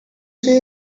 say